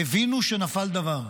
הבינו שנפל דבר.